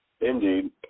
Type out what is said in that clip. Indeed